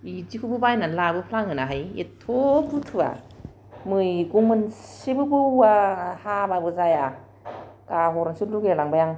बिदिखौबो बायना लाबोफ्लाङोनाहाय एदथ' बुथुवा मैगं मोनसेबो बौआ हाबाबो जाया गाहरनोसो लुगैलायलांबाय आं